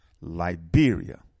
Liberia